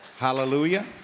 Hallelujah